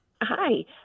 Hi